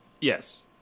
Yes